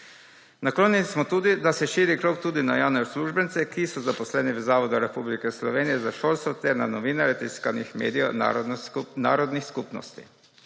Naklonjeni smo tudi temu, da se širi krog tudi na javne uslužbence, ki so zaposleni v Zavodu Republike Slovenije za šolstvo ter na novinarje tiskanih medijev narodnih skupnosti.